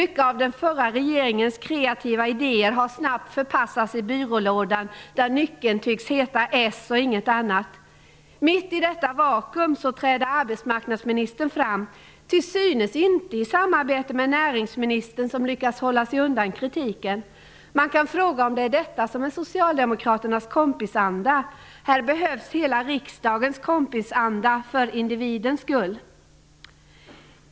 Många av den förra regeringens kreativa idéer har snabbt förpassats till byrålådan, där nyckeln tycks heta s och ingenting annat. Mitt i detta vakuum träder arbetsmarknadsministern fram, till synes inte i samarbete med näringsministern som lyckas hålla sig undan kritiken. Man kan fråga om det är detta som är Socialdemokraternas kompisanda. Här behövs hela riksdagens kompisanda för individens skull.